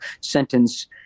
sentence